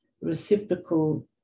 reciprocal